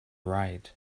right